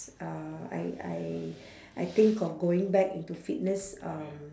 uh I I I think of going back into fitness um